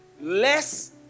Less